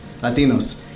Latinos